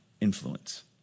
influence